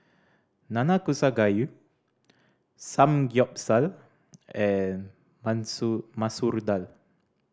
Nanakusa Gayu Samgeyopsal and Masoor Dal